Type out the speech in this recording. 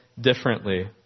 differently